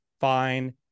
fine